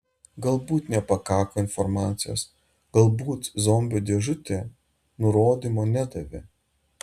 galbūt nepakako informacijos galbūt zombių dėžutė nurodymo nedavė